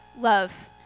love